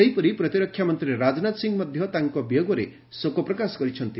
ସେହିପରି ପ୍ରତିରକ୍ଷା ମନ୍ତ୍ରୀ ରାଜନାଥ ସିଂହ ମଧ୍ୟ ତାଙ୍କ ବିୟୋଗରେ ଶୋକ ପ୍ରକାଶ କରିଛନ୍ତି